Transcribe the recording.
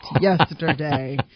yesterday